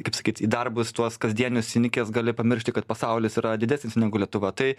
kaip sakyt į darbus tuos kasdienius įnikęs gali pamiršti kad pasaulis yra didesnis negu lietuva tai